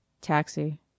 Taxi